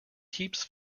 keeps